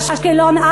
אשקלון,